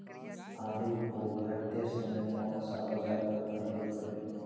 आलू को भरते समय कौन सा औजार का प्रयोग करें?